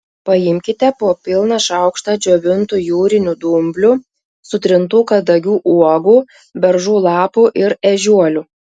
paimkite po pilną šaukštą džiovintų jūrinių dumblių sutrintų kadagių uogų beržų lapų ir ežiuolių